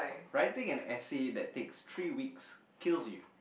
writing an essay that takes three weeks kills you